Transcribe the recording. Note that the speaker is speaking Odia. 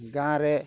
ଗାଁରେ